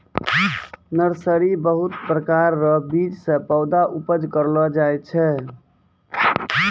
nursery बहुत प्रकार रो बीज से पौधा उपज करलो जाय छै